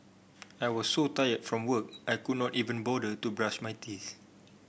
I was so tired from work I could not even bother to brush my teeth